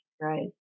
Right